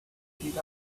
sit